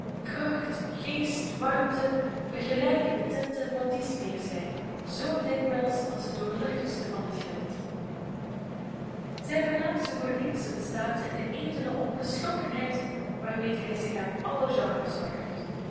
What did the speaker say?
geest warmte vergelijkende tint en wat dies meer zij zoo dikwijls als de doorluchtigste van het gild zijne voornaamste verdienste bestaat in de edele onverschrokkenheid waarmede hij zich aan alle genres waagt